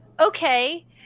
okay